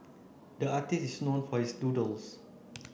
the artist is known for his doodles